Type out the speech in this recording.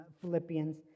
Philippians